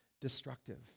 destructive